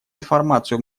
информацию